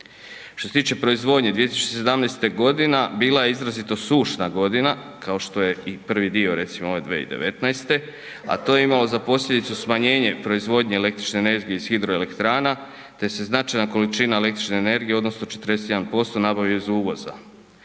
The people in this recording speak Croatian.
Što se tiče proizvodnje, 2017. godina bila je izrazito sušna godina, kao što je i prvi dio, recimo ove 2019., a to je imalo za posljedicu smanjenje proizvodnje električne energije iz hidroelektrana te se značajna količina električne energije, odnosno 41% nabavlja iz uvoza.